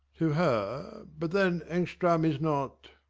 to her but then, engstrand is not?